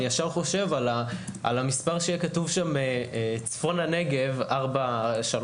ישר חושב על המספר שיהיה כתוב שם: צפון הנגב 431,